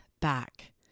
back